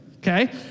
Okay